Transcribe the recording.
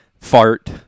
Fart